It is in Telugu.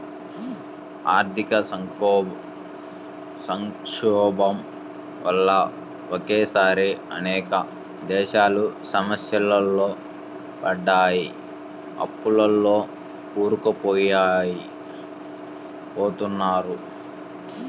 ఆర్థిక సంక్షోభం వల్ల ఒకేసారి అనేక దేశాలు సమస్యల్లో పడ్డాయి, అప్పుల్లో కూరుకుపోయారు